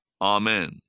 Amen